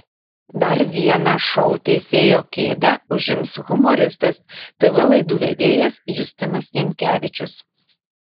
dar vieną šou teisėjo kėdę užims humoristas tv laidų vedėjas justinas jankevičius